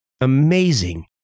amazing